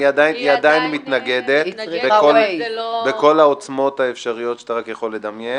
היא עדיין מתנגדת בכל העוצמות שאתה רק יכול לדמיין.